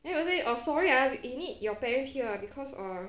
then will say sorry ah you need your parents here because err